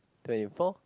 twenty four